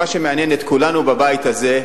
מה שמעניין את כולנו בבית הזה,